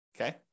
Okay